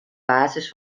basis